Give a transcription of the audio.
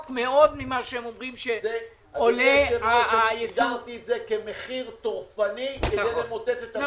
יש לי רק מתנדבים, אין לי תרומות בכלל, לא